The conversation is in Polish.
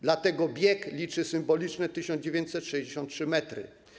Dlatego bieg liczy symboliczne 1963 m.